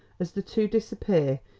as the two disappear,